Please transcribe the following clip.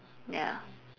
ya